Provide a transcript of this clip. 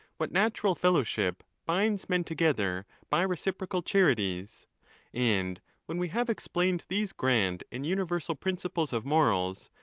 what natural fellowship, binds men together by reciprocal charities and when we have explained these grand and universal principles of morals,